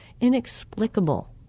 inexplicable